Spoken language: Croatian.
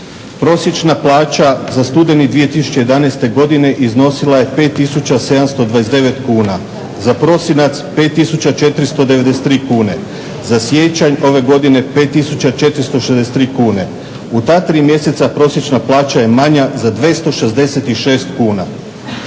Prosječna plaća za studeni 2011.godine iznosila je 5 729 kn, za prosinac 5 493 kn, za siječanj ove godine 5 463 kune. U ta tri mjeseca prosječna plaća je manja za 266 kuna.